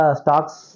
stocks